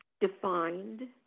defined